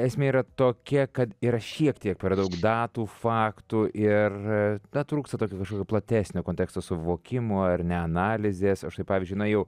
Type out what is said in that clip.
esmė yra tokia kad yra šiek tiek per daug datų faktų ir na trūksta tokio kažkokio platesnio konteksto suvokimo ar ne analizės o štai pavyzdžiui na jau